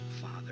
father